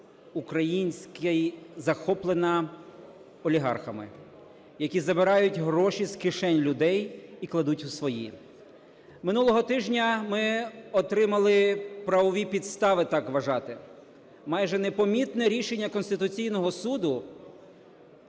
український… захоплена олігархами, які забирають з кишень людей і кладуть у свої. Минулого тижня ми отримали правові підстави так вважати. Майже непомітне рішення Конституційного Суду